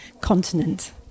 continent